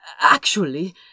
Actually